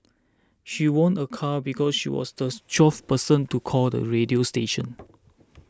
she won a car because she was this twelfth person to call the radio station